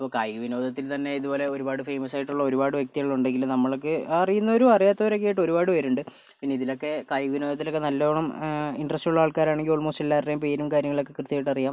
ഇപ്പോൾ കായിക വിനോദത്തിൽ തന്നെ ഇതുപോലെ ഒരുപാട് ഫെയ്മസ് ആയിട്ടുള്ള ഒരുപാട് വ്യക്തികൾ ഉണ്ടെങ്കിലും നമ്മൾക്ക് അറിയുന്നവരും അറിയാത്തവരും ഒക്കെ ആയിട്ട് ഒരുപാട് പേരുണ്ട് പിന്നെ ഇതിനൊക്കെ കായിക വിനോദത്തിലൊക്കെ നല്ലവണ്ണം ഇൻട്രസ്റ്റ് ഉള്ള ആൾക്കാർ ആണെങ്കിൽ ഓൾമോസ്റ്റ് എല്ലാവരുടെയും പേരും കാര്യങ്ങളും ഒക്കെ കൃത്യമായിട്ട് അറിയാം